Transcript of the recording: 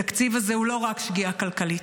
התקציב הזה הוא לא רק שגיאה כלכלית,